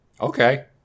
Okay